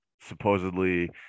supposedly